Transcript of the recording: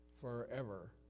forever